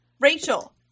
Rachel